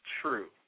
True